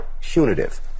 punitive